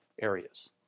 areas